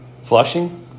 flushing